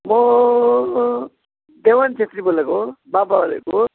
म देवान छेत्री बोलेको बाबा बोलेको